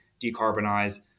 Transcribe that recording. decarbonize